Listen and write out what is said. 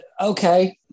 Okay